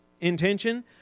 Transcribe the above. intention